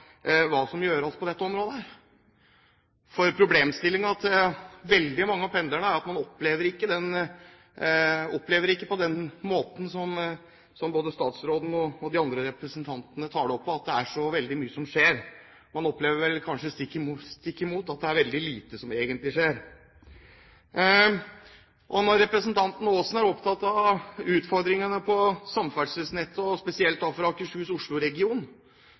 for veldig mange av pendlerne er at man ikke opplever det på den måten som både statsråden og de andre representantene gjør, at det er så veldig mye som skjer. Man opplever vel kanskje det stikk motsatte, at det er veldig lite som egentlig skjer. Representanten Aasen er opptatt av utfordringene på samferdselsnettet, og spesielt for Akershus